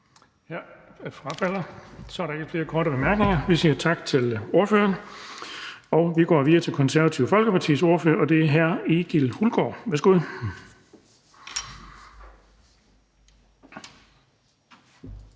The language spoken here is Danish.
(Erling Bonnesen): Så er der ikke flere korte bemærkninger. Vi siger tak til ordføreren. Vi går videre til Det Konservative Folkepartis ordfører, og det er hr. Egil Hulgaard. Værsgo.